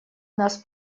нас